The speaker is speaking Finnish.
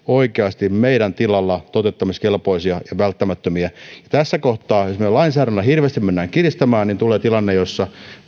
oikeasti meidän tilalla toteuttamiskelpoisia ja välttämättömiä jos me tässä kohtaa lainsäädännöllä hirveästi menemme kiristämään tulee tilanne jossa